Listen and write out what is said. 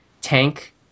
tank